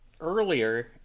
earlier